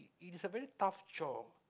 it's a very tough job